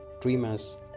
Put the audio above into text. dreamers